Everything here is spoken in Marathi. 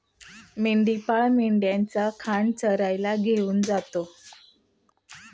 मेंढपाळ मेंढ्यांचा खांड चरायला घेऊन जातो